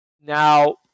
Now